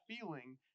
feeling